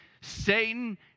Satan